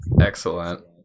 excellent